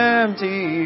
empty